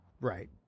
Right